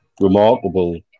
remarkable